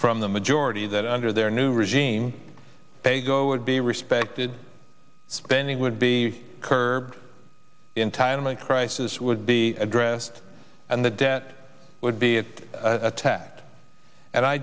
from the majority that under their new regime they go would be respected spending would be curbed entirely a crisis would be addressed and the debt would be attacked and i